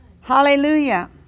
Hallelujah